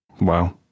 Wow